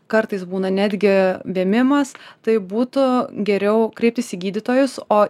kartais būna netgi vėmimas tai būtų geriau kreiptis į gydytojus o